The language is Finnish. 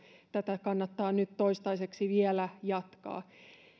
tätä kannattaa nyt toistaiseksi vielä jatkaa